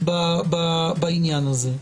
בעניין הזה.